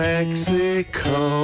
Mexico